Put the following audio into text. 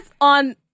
on